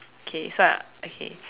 okay so I okay